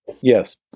yes